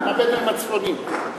הבדואים הצפוניים.